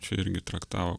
čia irgi traktavo